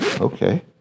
Okay